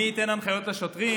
מי ייתן הנחיות לשוטרים.